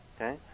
okay